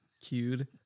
cued